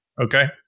okay